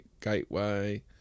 gateway